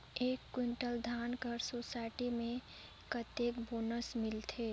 एक कुंटल धान कर सोसायटी मे कतेक बोनस मिलथे?